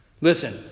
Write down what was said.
Listen